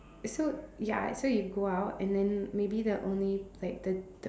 so ya so you go out and then maybe the only like the